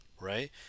right